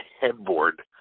headboard